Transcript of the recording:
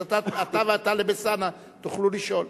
אתה וטלב אלסאנע תוכלו לשאול.